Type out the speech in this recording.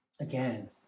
again